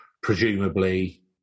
presumably